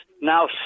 Now